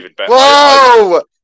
Whoa